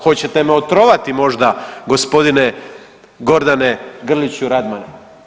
Hoćete me otrovati možda gospodine Gordane Grliću Radman?